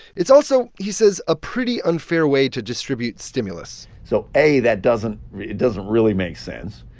it's also, he says, a pretty unfair way to distribute stimulus so, a, that doesn't it doesn't really make sense.